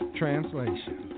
translation